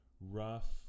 rough